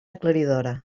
aclaridora